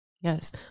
yes